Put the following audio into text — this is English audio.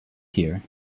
here